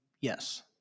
Yes